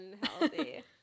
unhealthy